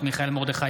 מטעם הכנסת: